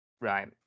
right